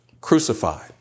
crucified